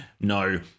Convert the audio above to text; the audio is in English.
no